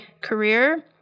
career